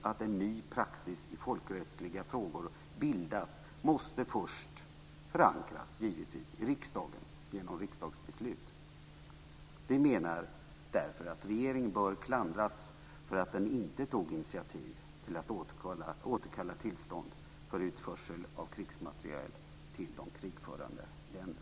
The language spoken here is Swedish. Att en ny praxis i folkrättsliga frågor bildas måste givetvis först förankras i riksdagen genom riksdagsbeslut. Vi menar därför att regeringen bör klandras för att den inte tog initiativ till att återkalla tillstånd för utförsel av krigsmateriel till de krigförande länderna.